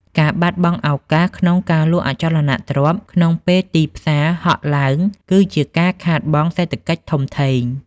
ការបាត់បង់ឱកាសក្នុងការលក់អចលនទ្រព្យក្នុងពេលទីផ្សារហក់ឡើង គឺជាការខាតបង់សេដ្ឋកិច្ចធំធេង។